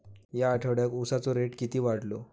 या आठवड्याक उसाचो रेट किती वाढतलो?